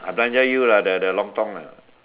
I belanja you lah the the the lontong lah